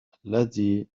الذي